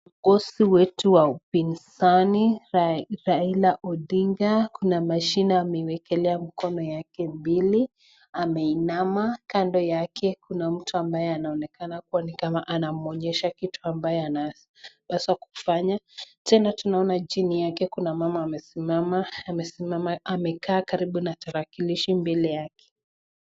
Kiongozi wetu wa upinzani, Raila Odinga kuna machine amewekelea mkono yake mbili ameinama, kando yake kuna mtu ambaye anaonekana kuwa ni kama anamuonyesha kitu ambayo anapaswa kufanya, tena tunaona chini yake kuna mama amesimama, amekaa karibu na tarakilishi mbele yake.